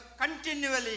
continually